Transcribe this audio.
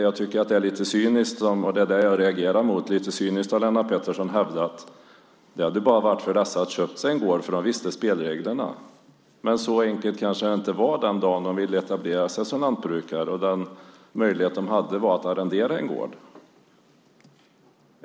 Jag reagerar på och tycker att det är lite cyniskt när Lennart Pettersson hävdar att det bara hade varit för dessa att köpa en gård eftersom de visste spelreglerna. Men så enkelt kanske det inte var den dagen de ville etablera sig som lantbrukare. Möjligheten de hade var att arrendera en gård.